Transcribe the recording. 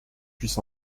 puisse